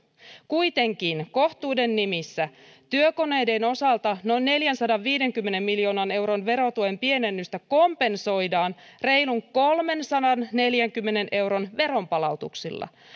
kuitenkin kohtuuden nimissä työkoneiden osalta noin neljänsadanviidenkymmenen miljoonan euron verotuen pienennystä kompensoidaan reilun kolmensadanneljänkymmenen miljoonan euron veronpalautuksilla